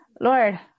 Lord